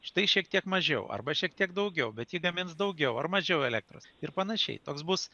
štai šiek tiek mažiau arba šiek tiek daugiau bet ji gamins daugiau ar mažiau elektros ir panašiai toks bus